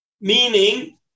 meaning